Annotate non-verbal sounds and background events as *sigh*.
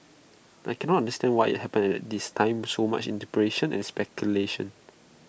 I cannot *unintelligible* why IT happened at this time so much interpretation and speculation